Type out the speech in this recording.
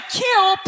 kill